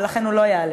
ולכן הוא לא יעלה,